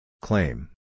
Claim